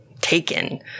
Taken